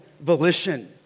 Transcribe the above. volition